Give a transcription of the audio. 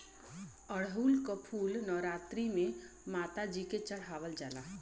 अढ़ऊल क फूल नवरात्री में माता जी के चढ़ावल जाला